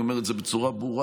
אני אומר את זה בצורה ברורה.